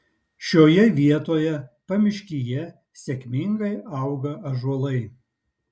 šioje vietoje pamiškyje sėkmingai auga ąžuolai